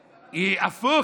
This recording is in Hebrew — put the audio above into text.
הפוך,